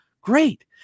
great